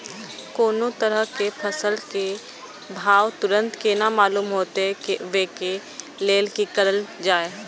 कोनो तरह के फसल के भाव तुरंत केना मालूम होते, वे के लेल की करल जाय?